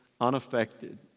unaffected